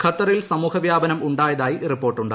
ഖത്തറിൽ സമൂഹവ്യാപന്നും ഉണ്ടായതായി റിപ്പോർട്ടുണ്ട്